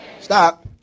Stop